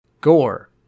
Gore